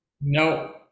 No